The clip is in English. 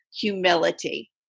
humility